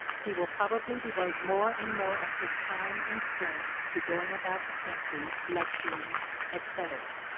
he will probably devote more and more of his time and strength to going about the country lecturing, etc.